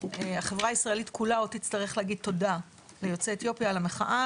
החברה הישראלית כולה עוד תצטרך להגיד תודה ליוצאי אתיופיה על המחאה